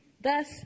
thus